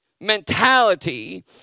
mentality